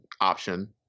option